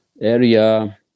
area